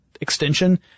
extension